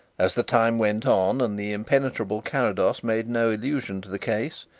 as the time went on and the impenetrable carrados made no allusion to the case,